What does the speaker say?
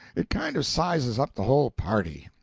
it kind of sizes up the whole party.